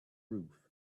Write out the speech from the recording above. roof